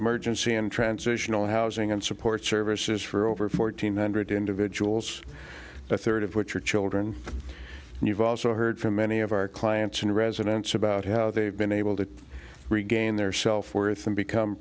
emergency and transitional housing and support services for over fourteen hundred individuals a third of which are children and you've also heard from many of our clients and residents about how they've been able to regain their self worth and become